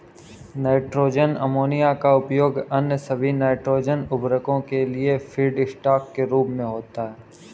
nitrogen ammonia का उपयोग अन्य सभी नाइट्रोजन उवर्रको के लिए फीडस्टॉक के रूप में होता है